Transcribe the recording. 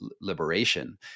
liberation